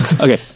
Okay